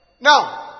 Now